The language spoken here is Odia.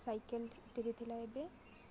ସାଇକେଲ୍ ଟିକେ ଥିଲା ଏବେ